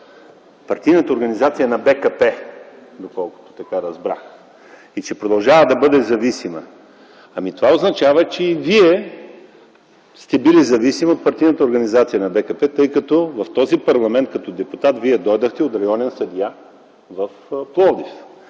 партийната организация на БКП, доколкото разбрах, и че продължава да бъде зависима. Това означава, че и Вие сте бил зависим от партийната организация на БКП, тъй като в този парламент като депутат Вие дойдохте от районен съдия в Пловдив.